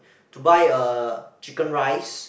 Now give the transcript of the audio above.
to buy a chicken rice